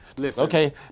Okay